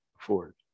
afford